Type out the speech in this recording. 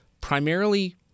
Primarily